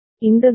An KB An JA X'